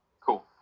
Cool